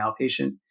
outpatient